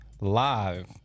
live